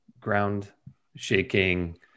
ground-shaking